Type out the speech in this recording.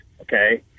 okay